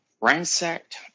ransacked